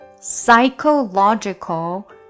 psychological